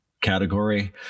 category